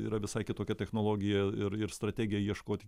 yra visai kitokia technologija ir ir strategija ieškoti